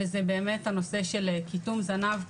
וזה באמת הנושא של קיטום זנב,